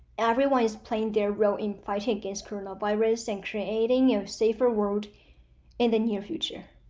everyone is playing their role in fighting against coronavirus and creating a safer world in the near future.